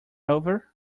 over